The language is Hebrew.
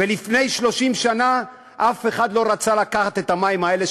ולפני 30 שנה אף אחד לא רצה לקחת את המים האלה,